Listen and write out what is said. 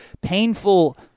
painful